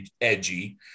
edgy